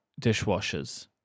dishwashers